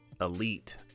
elite